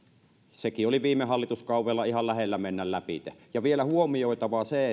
sekin oli viime hallituskaudella ihan lähellä mennä lävitse vielä huomioitava on se